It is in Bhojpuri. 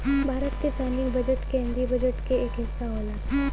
भारत क सैनिक बजट केन्द्रीय बजट क एक हिस्सा होला